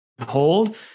hold